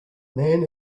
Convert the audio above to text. man